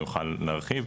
הוא יוכל להרחיב,